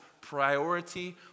priority